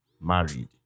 married